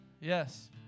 Yes